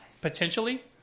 potentially